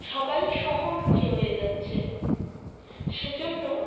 সবাই শহরমুখী হয়ে যাচ্ছে সেজন্য